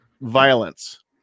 violence